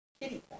Kitty